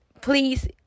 please